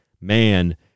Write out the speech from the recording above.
man